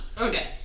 Okay